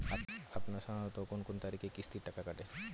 আপনারা সাধারণত কোন কোন তারিখে কিস্তির টাকা কাটে?